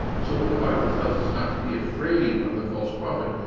so, when the bible tells us not to be afraid of the false prophet,